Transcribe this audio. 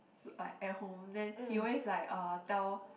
so I at home then he always like uh tell